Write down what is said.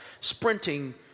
sprinting